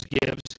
gives